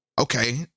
okay